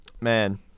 man